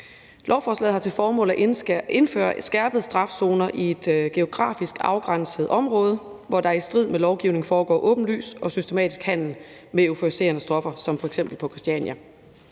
Lovforslaget har til formål at indføre målrettede skærpede strafzoner i et geografisk afgrænset område, hvor der i strid med lovgivningen foregår åbenlys og systematisk handel med euforiserende stoffer som f.eks. på Christiania.